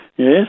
Yes